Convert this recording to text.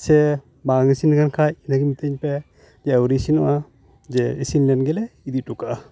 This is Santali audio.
ᱥᱮ ᱵᱟᱝ ᱤᱥᱤᱱ ᱟᱠᱟᱱ ᱠᱷᱟᱱ ᱤᱱᱟᱹ ᱜᱮ ᱢᱤᱛᱟᱹᱧ ᱯᱮ ᱡᱮ ᱟᱹᱣᱨᱤ ᱤᱥᱤᱱᱚᱜᱼᱟ ᱡᱮ ᱤᱥᱤᱱ ᱞᱮᱱ ᱜᱮᱞᱮ ᱤᱫᱤ ᱚᱴᱚ ᱠᱟᱜᱼᱟ